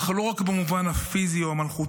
אך לא רק במובן הפיזי או המלכותי.